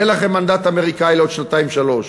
יהיה לכם מנדט אמריקני לעוד שנתיים-שלוש.